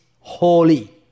holy